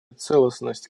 целостность